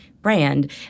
brand